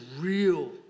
real